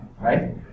right